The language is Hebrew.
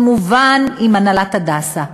כמובן עם הנהלת "הדסה",